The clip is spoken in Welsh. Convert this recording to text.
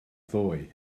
ddoe